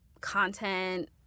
content